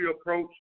approach